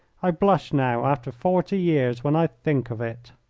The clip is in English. i blush now, after forty years, when i think of it.